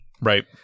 Right